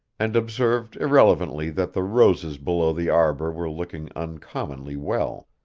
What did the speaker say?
and observed irrelevantly that the roses below the arbor were looking uncommonly well.